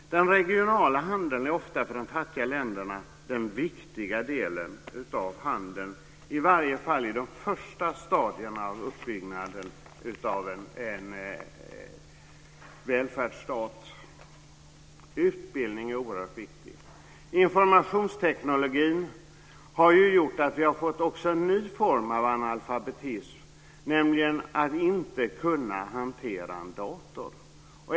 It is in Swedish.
Den regionala handeln är ofta den viktiga delen av handeln för de fattiga länderna - i varje fall i de första stadierna av uppbyggnaden av en välfärdsstat. Utbildning är oerhört viktigt. Informationstekniken har gjort att vi också har fått en ny form av analfabetism, nämligen att inte kunna hantera en dator.